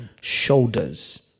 shoulders